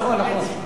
נכון.